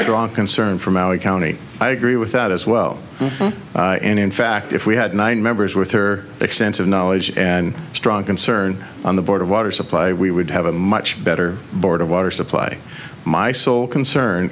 strong concern from our county i agree with that as well and in fact if we had nine members with her extensive knowledge and strong concern on the board of water supply we would have a much better board of water supply my sole concern